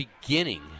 beginning